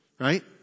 Right